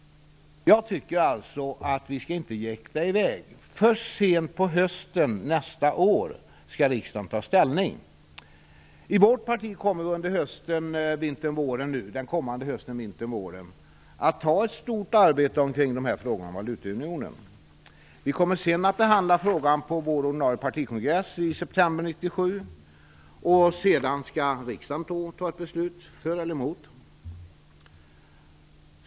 Jag tycker alltså att vi inte skall jäkta i väg. Först sent på hösten nästa år skall riksdagen ta ställning. I vårt parti kommer vi under den kommande hösten och vintern att ha ett stort arbete kring frågorna om valutaunionen. Vi kommer sedan att behandla frågan på vår ordinarie partikongress i september 1997, och sedan skall riksdagen fatta ett beslut för eller emot.